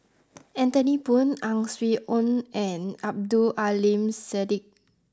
Anthony Poon Ang Swee Aun and Abdul Aleem Siddique